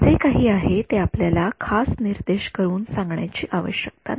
जे काही आहे ते आपल्याला खास निर्देश करून सांगण्याची आवश्यकता नाही